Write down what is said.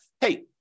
hey